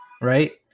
right